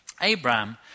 Abraham